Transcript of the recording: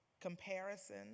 Comparison